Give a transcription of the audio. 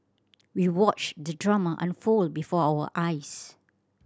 we watched the drama unfold before our eyes